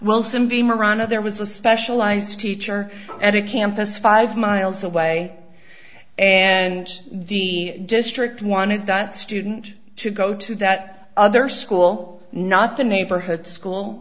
cindy moran of there was a specialized teacher at a campus five miles away and the district wanted that student to go to that other school not the neighborhood school